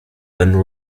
than